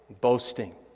boasting